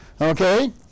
Okay